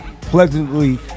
pleasantly